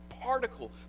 particle